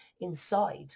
inside